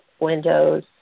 windows